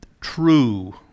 true